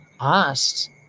asked